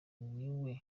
niwe